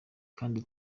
kandi